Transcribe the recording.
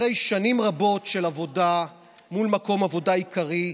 אחרי שנים רבות של עבודה מול מקום העבודה העיקרי,